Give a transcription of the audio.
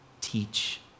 teach